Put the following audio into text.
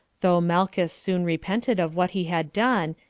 though malehus soon repented of what he had done,